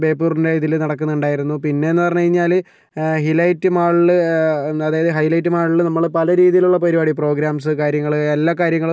ബേപ്പൂരിൻ്റെ ഇതിൽ നടക്കുന്നുണ്ടായിരുന്നു പിന്നെയെന്നു പറഞ്ഞു കഴിഞ്ഞാൽ ഹി ലൈറ്റ് മാളിൽ അതായത് ഹൈ ലൈറ്റ് മാളിൽ നമ്മൾ പല രീതിയിലുള്ള പരുപാടി പ്രോഗ്രാംസ് കാര്യങ്ങൾ എല്ലാ കാര്യങ്ങളും